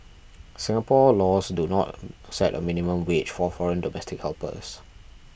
Singapore laws do not set a minimum wage for foreign domestic helpers